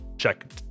check